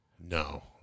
No